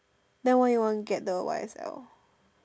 then why you want get the y_s_l